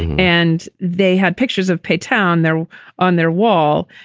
and they had pictures of p-town there on their wall.